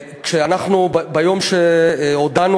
כי אתה לא יודע מה זה לא לישון בלילה כשאתה לא